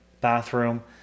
bathroom